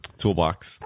toolbox